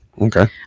Okay